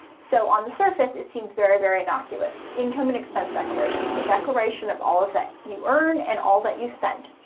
so on the surface, it seems very, very innocuous. income and expense declaration the declaration of all that you earn and all that you spend.